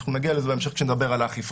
אנחנו נגיע לזה בהמשך כשנדבר על האכיפה.